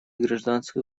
гражданское